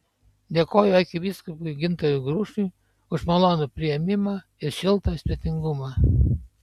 dėkoju arkivyskupui gintarui grušui už malonų priėmimą ir šiltą svetingumą